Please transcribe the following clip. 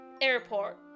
airport